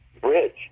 bridge